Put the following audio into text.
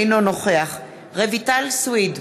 אינו נוכח רויטל סויד,